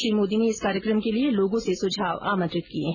श्री मोदी ने इस कार्यक्रम के लिए लोगों से सुझाव आमंत्रित किये हैं